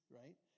right